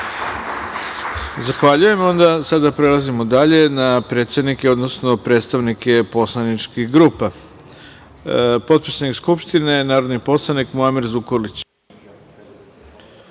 Zahvaljujem. Prelazimo dalje, na predsednike, odnosno predstavnike poslaničkih grupa. Potpredsednik Skupštine, narodni poslanik Muamer Zukorlić.